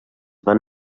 van